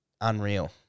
unreal